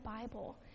Bible